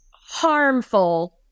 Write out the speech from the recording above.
harmful